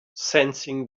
sensing